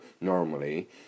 normally